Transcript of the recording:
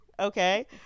Okay